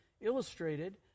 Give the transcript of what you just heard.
illustrated